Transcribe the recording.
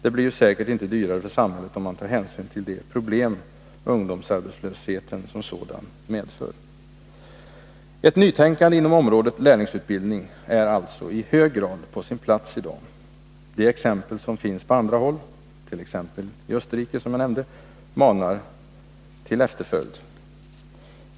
Det blir ju säkert inte dyrare för samhället, om man tar hänsyn till de problem ungdomsarbetslösheten som sådan medför. Ett nytänkande inom området lärlingsutbildning är alltså i hög grad på sin plats i dag. De exempel som finns på andra håll —t.ex. i Österrike, som jag nämnde — manar till efterföljd.